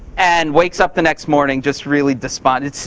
and wakes up the next morning just really despondent.